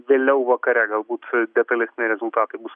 vėliau vakare galbūt detalesni rezultatai bus